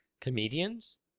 Comedians